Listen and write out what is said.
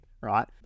right